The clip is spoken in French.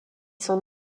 son